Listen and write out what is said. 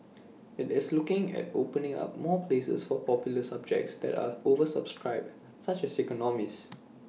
IT is looking at opening up more places for popular subjects that are oversubscribed such as economics